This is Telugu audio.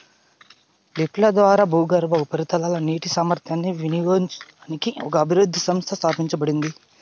లిఫ్ట్ల ద్వారా భూగర్భ, ఉపరితల నీటి సామర్థ్యాన్ని వినియోగించుకోవడానికి ఒక అభివృద్ధి సంస్థ స్థాపించబడింది